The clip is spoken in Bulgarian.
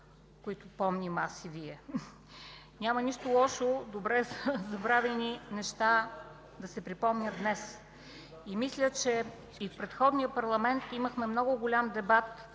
които помним аз и Вие. Няма нищо лошо добре забравени неща да се припомнят днес. Мисля, че и в предходния парламент имахме много голям дебат